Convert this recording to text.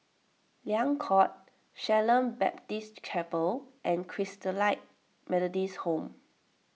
Liang Court Shalom Baptist Chapel and Christalite Methodist Home